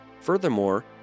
Furthermore